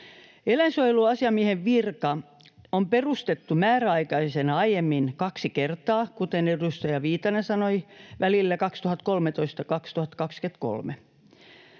Eläinsuojeluasiamiehen virka on perustettu määräaikaisena aiemmin kaksi kertaa, kuten edustaja Viitanen sanoi, välillä 2013—2023.